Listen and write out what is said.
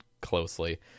closely